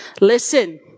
listen